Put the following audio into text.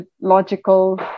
logical